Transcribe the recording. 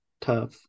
Tough